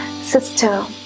Sister